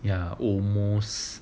ya almost